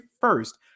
first